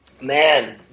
man